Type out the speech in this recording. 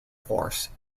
force